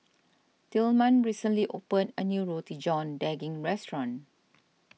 Tilman recently opened a new Roti John Daging restaurant